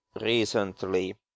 recently